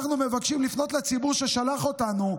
אנחנו מבקשים לפנות לציבור ששלח אותנו,